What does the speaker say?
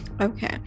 okay